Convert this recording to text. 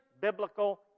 biblical